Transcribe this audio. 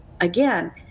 again